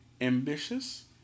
ambitious